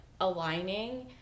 aligning